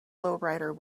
lowrider